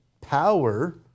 power